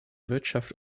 wirtschaft